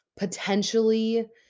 Potentially